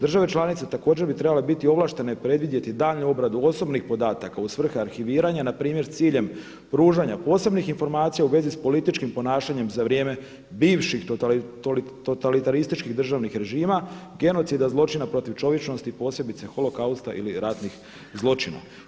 Države članice također bi trebale biti ovlaštene i predvidjeti daljnju obradu osobnih podataka u svrhe arhiviranja na primjer s ciljem pružanja posebnih informacija u vezi s političkim ponašanjem za vrijeme bivših totalitarističkih državnih režima, genocida, zločina protiv čovječnosti posebice holokausta ili ratnih zločina.